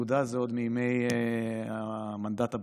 פקודה זה עוד מימי המנדט הבריטי,